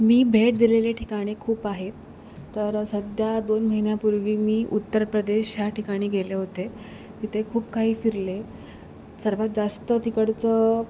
मी भेट दिलेले ठिकाणे खूप आहेत तर सध्या दोन महिन्यापूर्वी मी उत्तर प्रदेश या ठिकाणी गेले होते तिथे खूप काही फिरले सर्वात जास्त तिकडचं